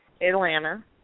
Atlanta